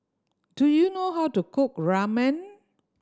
do you know how to cook Ramen